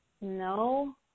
no